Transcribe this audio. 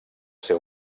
seu